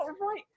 Right